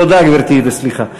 תודה, גברתי, וסליחה.